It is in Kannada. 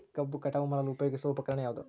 ಕಬ್ಬು ಕಟಾವು ಮಾಡಲು ಉಪಯೋಗಿಸುವ ಉಪಕರಣ ಯಾವುದು?